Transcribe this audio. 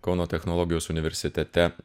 kauno technologijos universitete